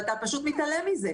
ואתה פשוט מתעלם מזה.